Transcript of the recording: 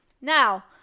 Now